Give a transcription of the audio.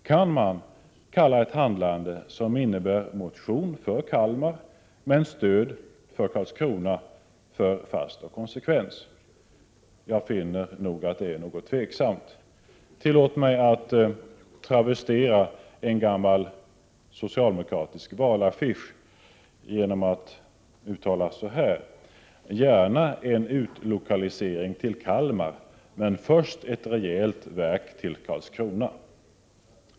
Kan man kalla ett handlande som innebär att man väcker en motion i vilken det föreslås att verket skall ligga i Kalmar men att man stöder förslaget om Karlskrona för fast och konsekvent? Jag finner detta något tveksamt. Tillåt mig att travestera en gammal socialdemokratisk valaffisch genom att göra följande uttalande: Gärna en utlokalisering till Kalmar men först ett rejält verk till Karlskrona.